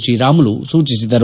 ಶ್ರೀರಾಮುಲು ಸೂಚಿಸಿದರು